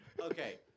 okay